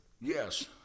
Yes